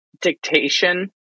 dictation